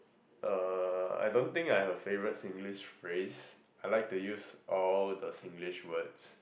uh I don't think I have a favourite Singlish phrase I like to use all the Singlish words